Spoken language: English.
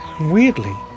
Weirdly